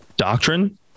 Doctrine